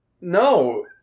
no